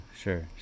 sure